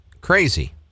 Crazy